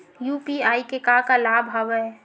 UPI के का का लाभ हवय?